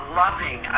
loving